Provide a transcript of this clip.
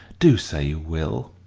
do say you will.